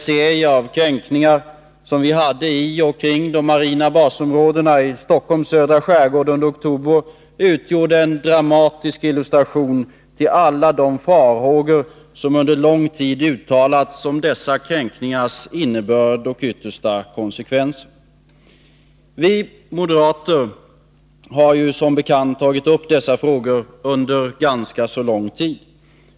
Serien av kränkningar i och kring de marina basområdena i Stockholms södra skärgård under oktober utgjorde en dramatisk illustration till alla de farhågor som under lång tid uttalats om dessa kränkningars innebörd och yttersta konsekvenser. Vi moderater har som bekant tagit upp dessa frågor under lång tid.